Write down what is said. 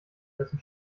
dessen